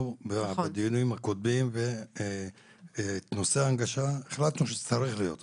בדיונים הקודמים והחלטנו שנושא ההנגשה צריך להיות.